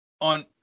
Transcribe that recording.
on